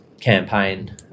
campaign